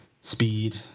Speed